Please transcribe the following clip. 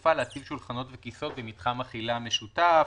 תעופה להציב שולחנות וכיסאות במתחם אכילה משותף,